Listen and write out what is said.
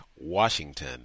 Washington